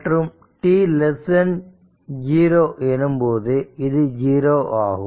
மற்றும் t 0 எனும்போது இது 0 ஆகும்